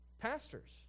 pastors